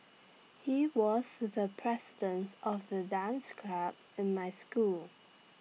he was the president of the dance club in my school